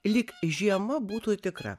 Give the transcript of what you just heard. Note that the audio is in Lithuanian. lyg žiema būtų tikra